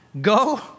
Go